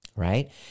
Right